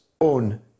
own